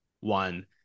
one